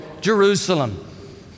Jerusalem